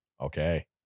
okay